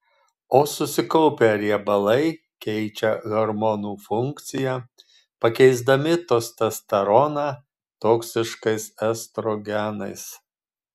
o susikaupę riebalai keičia hormonų funkciją pakeisdami testosteroną toksiškais estrogenais